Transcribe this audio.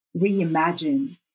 reimagine